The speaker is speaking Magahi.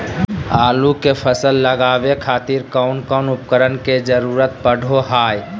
आलू के फसल लगावे खातिर कौन कौन उपकरण के जरूरत पढ़ो हाय?